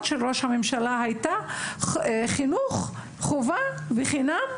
של ראש הממשלה הייתה חינוך חובה בחינם,